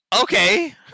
Okay